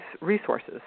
resources